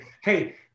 Hey